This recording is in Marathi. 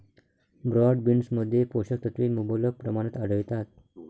ब्रॉड बीन्समध्ये पोषक तत्वे मुबलक प्रमाणात आढळतात